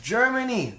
Germany